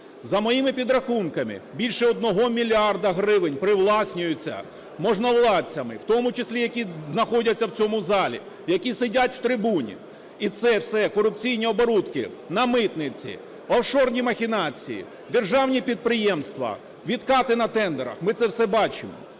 За моїми підрахунками, більше одного мільярда гривень привласнюється можновладцями, в тому числі, які знаходяться в цьому залі, які сидять в трибуні. І це все корупційні оборудки на митниці, офшорні махінації, державні підприємства, відкати на тендерах, ми це все бачимо.